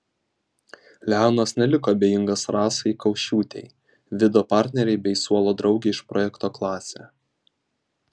leonas neliko abejingas rasai kaušiūtei vido partnerei bei suolo draugei iš projekto klasė